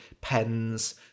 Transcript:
pens